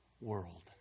world